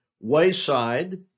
wayside